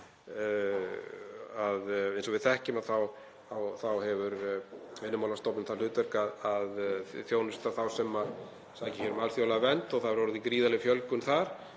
Eins og við þekkjum hefur Vinnumálastofnun það hlutverk að þjónusta þá sem sækja hér um alþjóðlega vernd og það hefur orðið gríðarleg fjölgun þar